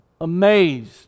amazed